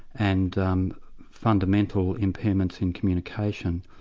and um fundamental impairments in communication.